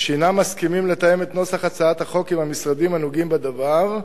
שהם מסכימים לתאם את נוסח הצעת החוק עם המשרדים הנוגעים בדבר,